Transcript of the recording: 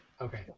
Okay